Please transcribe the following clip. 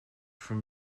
from